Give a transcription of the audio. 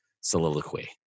soliloquy